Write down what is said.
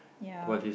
ya